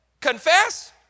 confess